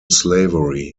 slavery